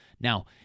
Now